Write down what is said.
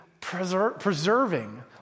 preserving